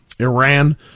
Iran